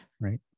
right